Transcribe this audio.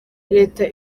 leta